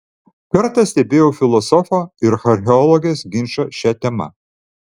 kartą stebėjau filosofo ir archeologės ginčą šia tema